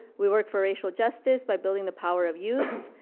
we work for racial justice by building the power of youth.